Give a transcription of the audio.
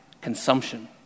consumption